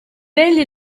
egli